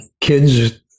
kids